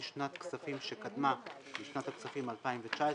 שנת הכספים שקדמה לשנת הכספים 2019,